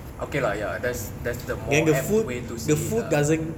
okay lah ya there's there's the more apt way to say it lah